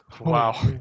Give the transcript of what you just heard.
wow